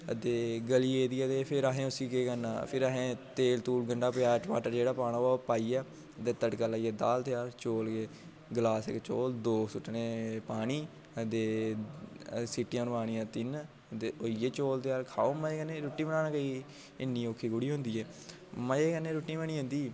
ते गली गेदी होऐ ते फिर असें उसी केह् करना फिर असें तेल तूल गंडा प्याज़ टमाटर जेह्ड़ा पाना होऐ ओह् पाइयै तड़का लाइयै दाल तेआर ते चोल गलास इक चोल दो सुट्टने पानी ते सीटियां मरवानियां तिन्न ते होई गे चोल तेआर खाओ मजे कन्नै रुट्टी बनाना कोई इ'न्नी औखी थोह्ड़ी होंदी ऐ मजे कन्नै रुट्टी बनी जंदी